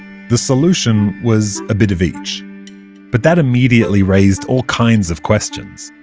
the solution was a bit of each but that immediately raised all kinds of questions,